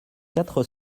quatre